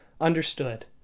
understood